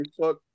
facebook